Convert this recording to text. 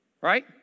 Right